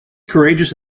courageous